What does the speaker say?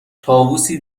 طاووسی